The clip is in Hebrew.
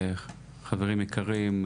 חברים יקרים,